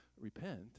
repent